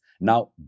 Now